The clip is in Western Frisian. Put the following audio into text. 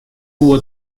woe